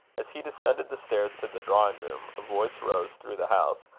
as he descended the stairs to the drawing-room, a voice rose through the house,